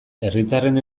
herritarren